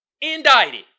indicted